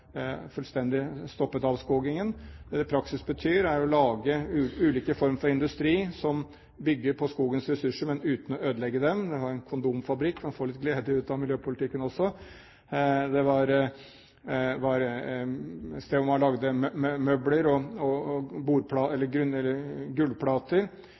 fullstendig stoppet avskogingen. I praksis betyr det å lage ulike former for industri som bygger på skogens ressurser, men uten å ødelegge den. De har en kondomfabrikk, så man kan jo få litt glede ut av miljøpolitikken også! Det var et sted hvor man lagde møbler og gulvplater, og